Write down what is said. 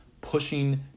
pushing